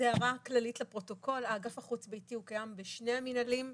הערה כללית לפרוטוקול האגף החוץ-ביתי קיים בשני המינהלים: